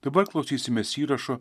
dabar klausysimės įrašo